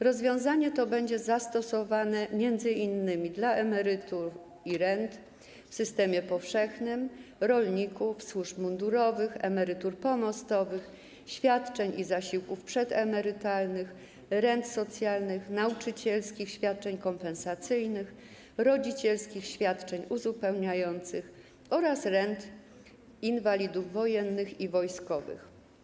Rozwiązanie to będzie zastosowane m.in. w odniesieniu do emerytur i rent w systemie powszechnym, rolników, służb mundurowych, emerytur pomostowych, świadczeń i zasiłków przedemerytalnych, rent socjalnych, nauczycielskich świadczeń kompensacyjnych, rodzicielskich świadczeń uzupełniających oraz rent inwalidów wojennych i wojskowych.